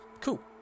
Cool